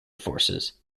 forces